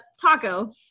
taco